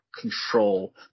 control